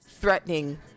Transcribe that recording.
threatening